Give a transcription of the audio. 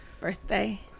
birthday